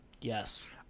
Yes